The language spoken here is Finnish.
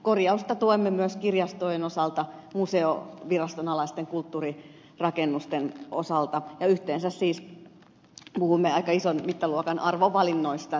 korjausta tuemme myös kirjastojen osalta museoviraston alaisten kulttuurirakennusten osalta ja yhteensä siis puhumme aika ison mittaluokan arvovalinnoista